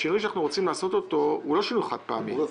השינוי שאנחנו רוצים לעשות הוא לא שינוי חד-פעמי.